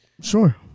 Sure